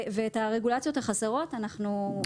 את הרגולציות החסרות אנחנו נשלים.